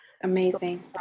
Amazing